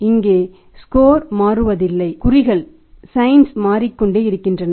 இங்கே ஸ்கோர் மாறுவதில்லை குறிகள் மாறிக்கொண்டே இருக்கின்றன